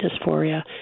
dysphoria